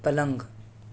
پلنگ